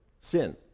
sin